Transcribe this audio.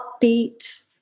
upbeat